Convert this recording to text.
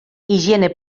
higiene